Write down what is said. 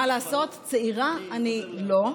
מה לעשות, צעירה אני לא,